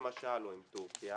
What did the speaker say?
למשל, או עם טורקיה.